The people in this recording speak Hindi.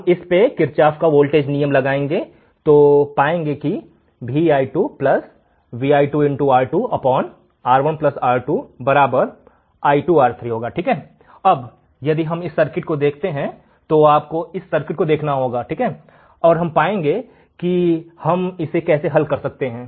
हम किरचॉफ का वोल्टेज नियम Kirchhoff's voltage law लगाएंगे तो यह पाएंगे कि यदि हम इस सर्किट को देखते हैं तो आपको इस सर्किट को देखना होगा हम यह पाएंगे की हम इसे कैसे हल कर सकते हैं